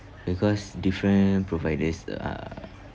because different providers uh